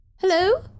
Hello